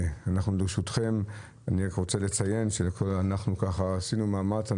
ברשותכם, אני רוצה לציין שעשינו מאמץ.